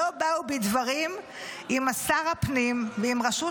לא באו בדברים עם שר הפנים ועם רשות